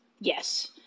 Yes